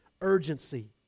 Urgency